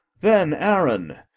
then, aaron,